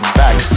back